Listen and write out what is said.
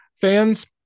fans